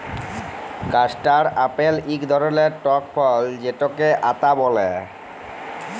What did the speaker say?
custard apple ইক ধরলের টক ফল যেটকে আতা ব্যলে